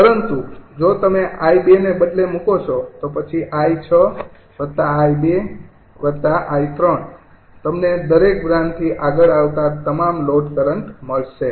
પરંતુ જો તમે 𝐼૨ ને બદલે મુકો છો તો પછી 𝐼૬𝑖૨𝑖૩⋯ તમને દરેક બ્રાન્ચથી આગળ આવતા તમામ લોડ કરંટ મળશે